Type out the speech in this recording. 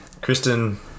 Kristen